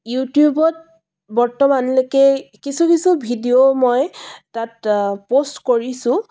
ইউটিউবত বৰ্তমানলৈকে কিছু কিছু ভিডিঅ' মই তাত পোষ্ট কৰিছোঁ